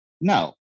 No